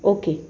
okay